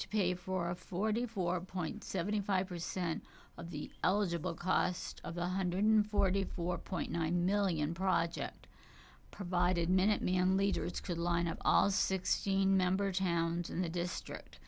to pay for a forty four point seven five percent of the eligible cost of one hundred forty four point nine million project provided minute me and leaders could line up all sixteen member towns in the district